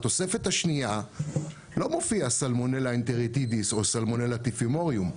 בתוספת השנייה לא מופיע סלמונלה אנטריטידיס או סלמונלה טיפימוריום.